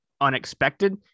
unexpected